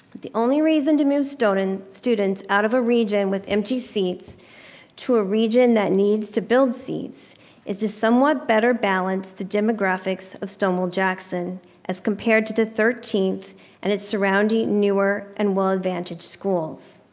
the only reason to move so and students out of a region with empty seats to a region that needs to build seats is this somewhat better balance the demographics of stonewall jackson as compared to the thirteenth and it's surrounding newer and well advantage schools.